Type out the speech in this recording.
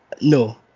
No